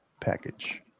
package